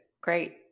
great